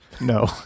no